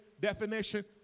definition